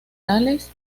páez